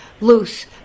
loose